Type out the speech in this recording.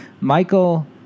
Michael